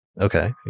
Okay